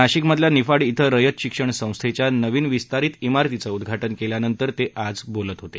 नाशिकमधल्या निफाड इथं रयत शिक्षण संस्थेच्या नवीन विस्तारित इमारतीचं उद्धा न केल्यानंतर ते आज बोलत होते